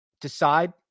decide